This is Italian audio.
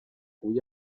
cui